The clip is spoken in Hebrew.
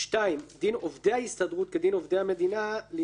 (2) דין עובדי ההסתדרות כדין עובדי המדינה לעניין,